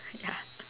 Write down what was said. ya